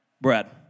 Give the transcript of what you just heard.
Brad